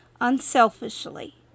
unselfishly